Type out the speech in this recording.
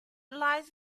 lies